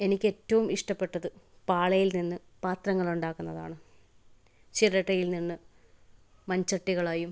എനിക്ക് ഏറ്റവും ഇഷ്ടപ്പെട്ടത് പാളയിൽ നിന്ന് പാത്രങ്ങൾ ഉണ്ടാക്കുന്നതാണ് ചിരട്ടയിൽ നിന്ന് മൺചട്ടികളായും